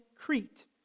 Crete